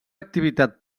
activitat